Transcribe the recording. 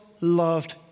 loved